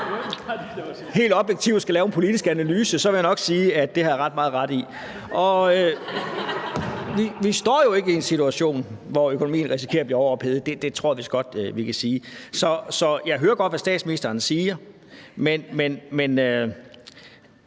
helt objektivt skal lave en politisk analyse, vil jeg nok sige, at det har jeg ret meget ret i. Vi står jo ikke i en situation, hvor økonomien risikerer at blive overophedet. Det tror jeg vist godt vi kan sige. Så jeg hører godt, hvad statsministeren siger, men